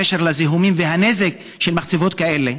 בקשר לזיהומים ולנזק של מחצבות כאלה?